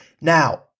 now